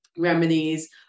remedies